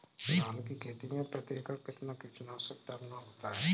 धान की खेती में प्रति एकड़ कितना कीटनाशक डालना होता है?